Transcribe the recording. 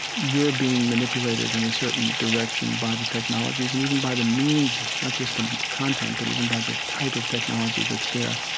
you're being manipulated in a certain direction by the technologies and even by the means not just the content, but even by the type of technology that's there.